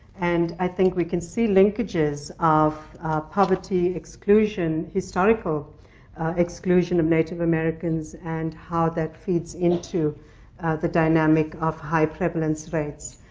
and i think we can see linkages of poverty, exclusion historical exclusion of native americans and how that feeds into the dynamic of high prevalence rates.